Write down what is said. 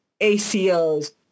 ACOs